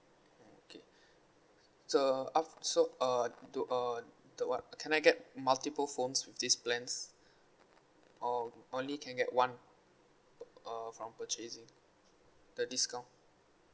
okay so so uh do uh what can I get multiple phones with these plans or only can get one uh from purchasing the discount